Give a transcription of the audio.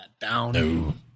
down